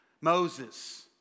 Moses